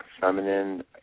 feminine